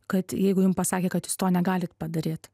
kad jeigu jum pasakė kad jūs to negalit padaryt